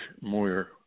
Moyer